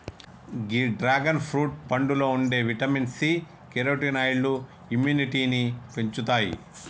గీ dragon fruit పండులో ఉండే vitamin C, కెరోటినాయిడ్లు ఇమ్యునిటీని పెంచుతాయి